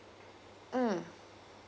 mm